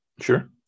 sure